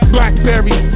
Blackberry